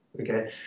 Okay